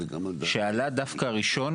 שעלה דווקא ראשון,